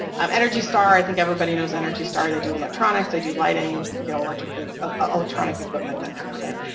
um energy star, i think everybody knows energy star, they do electronics, they do lighting, you know, electronic like ah electronic equipment, that kind of thing,